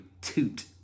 Toot